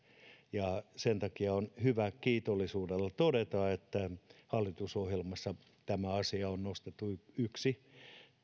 sen takia on hyvä kiitollisuudella todeta että hallitusohjelmassa on nostettu yksi